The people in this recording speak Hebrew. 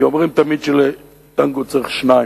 כי אומרים תמיד שלטנגו צריך שניים.